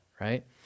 right